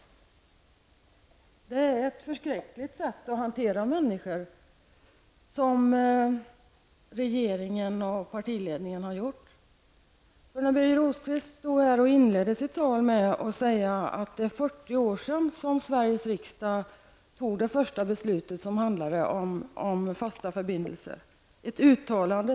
Det är förskräckligt att hantera människor så som regeringen och partiledningen har gjort. Birger Rosqvist inledde sitt tal med att säga att det är 40 år sedan Sveriges riksdag för första gången gjorde ett uttalande om fasta förbindelser.